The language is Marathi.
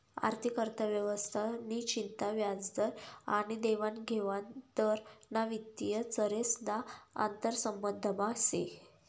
आर्थिक अर्थव्यवस्था नि चिंता व्याजदर आनी देवानघेवान दर ना वित्तीय चरेस ना आंतरसंबंधमा से